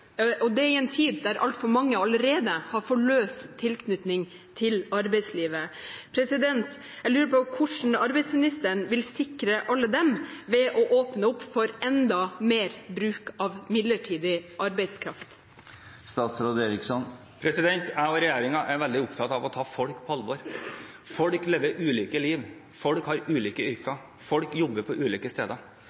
og det i en tid da altfor mange allerede har for løs tilknytning til arbeidslivet. Jeg lurer på hvordan arbeidsministeren vil sikre alle dem ved å åpne opp for enda mer bruk av midlertidig arbeidskraft. Jeg og regjeringen er veldig opptatt av å ta folk på alvor. Folk lever ulike liv. Folk har ulike yrker. Folk jobber på ulike steder.